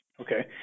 Okay